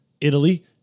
Italy